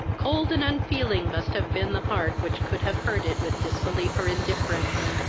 cold and unfeeling must have been the heart which could have heard it with disbelief or indifference